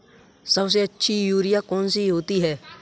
सबसे अच्छी यूरिया कौन सी होती है?